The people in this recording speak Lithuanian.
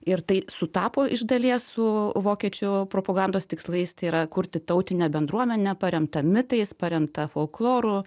ir tai sutapo iš dalies su vokiečių propagandos tikslais tai yra kurti tautinę bendruomenę paremtą mitais paremtą folkloru